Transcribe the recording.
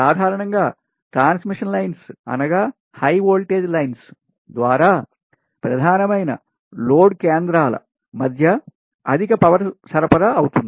సాధారణం గా transmission lines అనగా హై ఓల్టేజ్ లైన్స్ ద్వారా ప్రధానమైన లోడ్ కేంద్రాల మధ్య అధిక పవర్ సరఫరా అవుతుంది